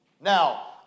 Now